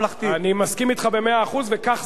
אני מסכים אתך במאה אחוז, וכך זה היה.